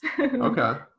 Okay